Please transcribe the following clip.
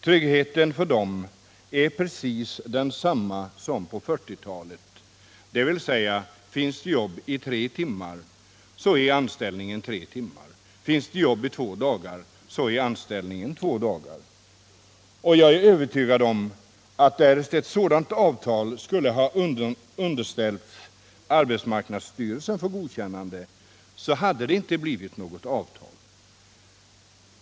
Tryggheten för dem är precis densamma som på 1940-talet, dvs. finns det jobb i tre timmar så är anställningen tre timmar, och finns det jobb i två dagar så är anställningen två dagar. Jag är säker på att därest ett sådant avtal skulle ha underställts arbetsmarknadsstyrelsen för godkännande, så hade det inte blivit något avtal.